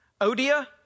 Odia